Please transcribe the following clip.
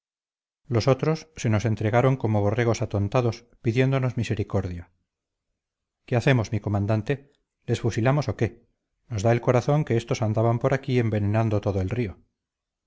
los otros se nos entregaron como borregos atontados pidiéndonos misericordia qué hacemos mi comandante les fusilamos o qué nos da el corazón que estos andaban por aquí envenenando todo el río